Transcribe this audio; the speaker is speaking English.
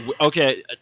Okay